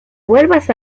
vuelvas